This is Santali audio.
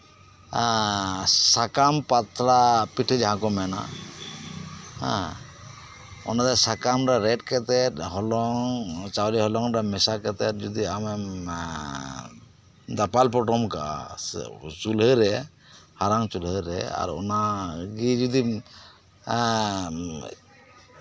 ᱥᱟᱠᱟᱢ ᱯᱟᱛᱲᱟ ᱯᱤᱴᱷᱟᱹ ᱡᱟᱠᱚ ᱢᱮᱱᱟ ᱦᱮᱸ ᱚᱱᱟ ᱫᱚ ᱥᱟᱠᱟᱢᱨᱮ ᱨᱮᱫ ᱠᱟᱛᱮᱫ ᱦᱚᱞᱚᱝ ᱪᱟᱣᱞᱮ ᱦᱚᱞᱚᱝ ᱨᱮ ᱢᱮᱥᱟ ᱠᱟᱛᱮᱫ ᱡᱩᱫᱤ ᱟᱢᱮᱢ ᱫᱟᱯᱟᱞ ᱯᱚᱴᱚᱢ ᱠᱟᱜᱼᱟ ᱪᱩᱞᱦᱟᱹᱨᱮ ᱟᱸᱝᱜᱟᱨᱟ ᱪᱩᱞᱦᱟᱹᱨᱮ ᱟᱨ ᱚᱱᱟᱜᱮ ᱡᱩᱫᱤᱢ ᱦᱮᱸ